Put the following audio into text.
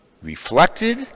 reflected